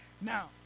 Now